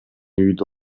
үйдө